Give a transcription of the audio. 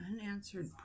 Unanswered